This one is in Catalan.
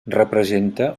representa